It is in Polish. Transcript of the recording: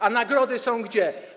A nagrody są gdzie?